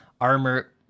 armor